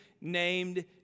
named